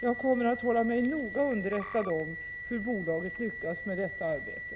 Jag kommer att hålla mig noga underrättad om hur bolaget lyckas med detta arbete.